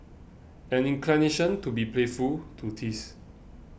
an inclination to be playful to tease